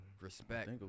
respect